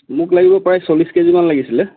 মোক লাগিব প্ৰায় চল্লিছ কেজিমান লাগিছিলে